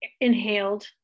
inhaled